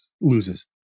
loses